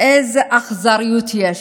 איזה אכזריות יש.